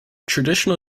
traditional